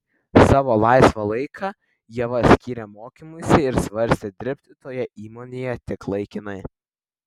savo laisvą laiką ieva skyrė mokymuisi ir svarstė dirbti toje įmonėje tik laikinai